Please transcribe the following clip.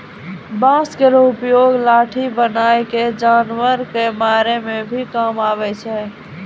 बांस केरो उपयोग लाठी बनाय क जानवर कॅ मारै के भी काम आवै छै